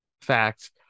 fact